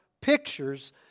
pictures